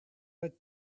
was